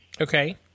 Okay